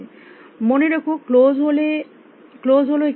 মনে রেখো ক্লোস হল একটি পরিমাপ